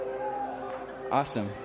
awesome